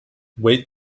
wait